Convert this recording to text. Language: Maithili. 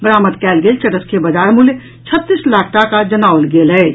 बरामद कयल गेल चरस के बजार मूल्य छत्तीस लाख टाका जनाओल गेल अछि